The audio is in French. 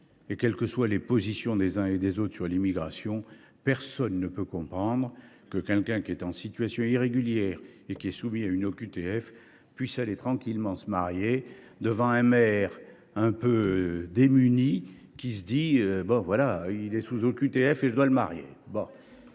et quelles que soient les positions des uns et des autres sur l’immigration, personne ne peut comprendre que quelqu’un qui est en situation irrégulière et qui est soumis à une OQTF puisse aller tranquillement se marier devant un maire, lui même démuni… Les maires ne sont pas démunis !… et contraint de faire